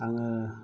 आङो